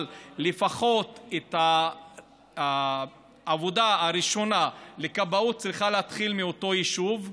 אבל לפחות העבודה הראשונה בכבאות צריכה להתחיל מאותו יישוב.